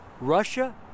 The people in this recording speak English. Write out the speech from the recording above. Russia